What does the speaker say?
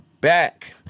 back